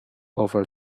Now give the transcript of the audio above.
over